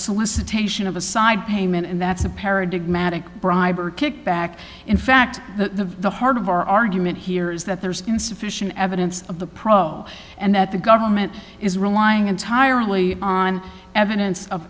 solicitation of a side payment and that's a parodic matic briber kickback in fact the the heart of our argument here is that there's insufficient evidence of the pro and that the government is relying entirely on evidence of